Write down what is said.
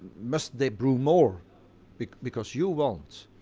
must they brew more because you want?